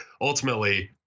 ultimately